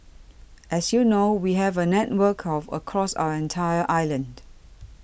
as you know we have a network of across our entire island